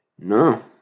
No